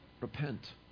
repent